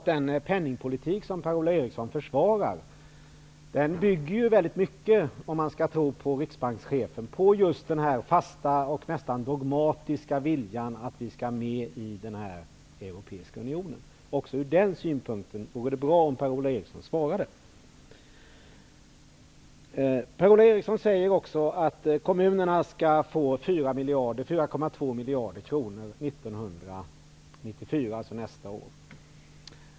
Den penningpolitik som Per-Ola Eriksson försvarar bygger mycket på just den fasta och nästan dogmatiska viljan att Sverige skall gå med i den europeiska unionen -- om man skall tro på riksbankschefen. Även från den synpunkten vore det bra om Per-Ola Eriksson svarade. Per-Ola Eriksson säger också att kommunerna skall få 4,2 miljarder kronor år 1994.